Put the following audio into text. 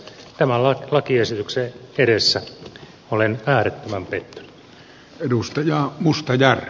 tämän lakiesityksen edessä olen äärettömän pettynyt